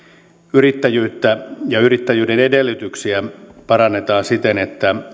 yrittäjyyttä ja yrittäjyyden edellytyksiä parannetaan siten että